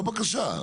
לא בקשה.